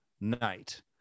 night